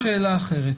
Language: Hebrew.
יש לי שאלה אחרת.